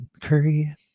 Curry